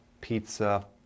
pizza